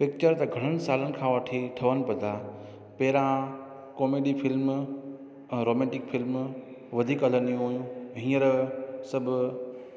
picture त घणण सालनि खां वठी ठहन पिया था पहिरों कॉमेडी फिल्मू ऐं रोमेंटिक फिल्मू वधीक हलंदियूं हुइयूं हीअंर सभु